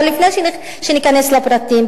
אבל לפני שניכנס לפרטים,